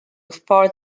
fort